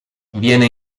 viene